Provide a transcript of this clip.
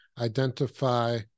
identify